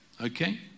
okay